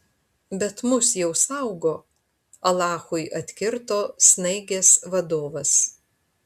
bet mus jau saugo alachui atkirto snaigės vadovas